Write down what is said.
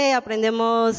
aprendemos